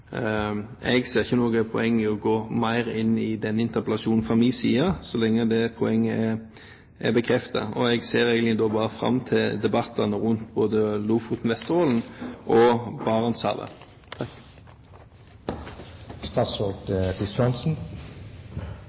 Jeg ser ikke noe poeng i å gå mer inn i denne interpellasjonen fra min side, så lenge det poenget er bekreftet. Og jeg ser egentlig bare fram til debattene om både Lofoten og Vesterålen, og Barentshavet.